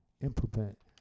implement